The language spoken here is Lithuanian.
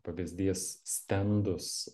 pavyzdys stendus